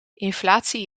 inflatie